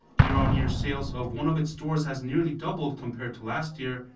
year-on-year sales of one of its stores has nearly doubled compared to last year.